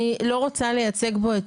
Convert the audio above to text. אני לא רוצה לייצג פה,